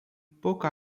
pouca